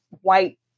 white